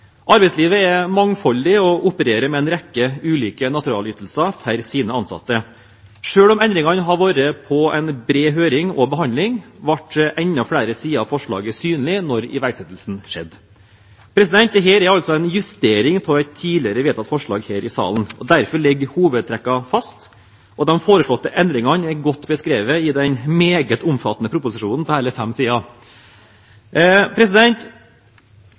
Arbeidslivet er mangfoldig og opererer med en rekke ulike naturalytelser for sine ansatte. Selv om endringene har vært på en bred høring og behandling, ble enda flere sider av forslaget synlig da iverksettelsen skjedde. Dette er altså en justering av et tidligere vedtatt forslag her i salen. Derfor ligger hovedtrekkene fast, og de foreslåtte endringene er godt beskrevet i den meget omfattende proposisjonen på hele fem sider.